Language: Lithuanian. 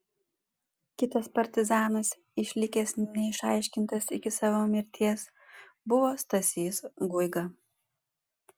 kitas partizanas išlikęs neišaiškintas iki savo mirties buvo stasys guiga